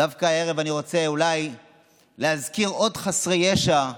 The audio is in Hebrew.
דווקא הערב אני רוצה אולי להזכיר עוד חסרי ישע.